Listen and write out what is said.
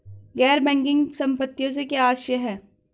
गैर बैंकिंग संपत्तियों से क्या आशय है?